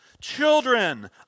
children